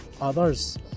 others